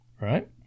Right